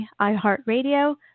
iHeartRadio